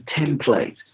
template